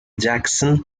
jackson